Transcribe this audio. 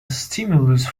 stimulus